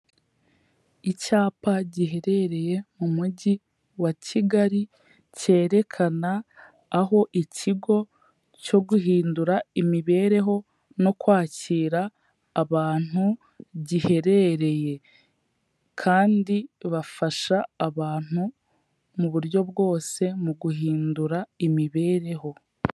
Icyapa giherereye mu mujyi wa Kigali, cyerekana aho ikigo cyo guhindura imibereho no kwakira abantu giherereye, kandi bafasha abantu mu buryo bwose mu guhindura imibereho.